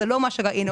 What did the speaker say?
וזה לא מה שראינו.